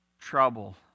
trouble